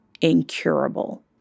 incurable